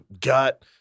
Gut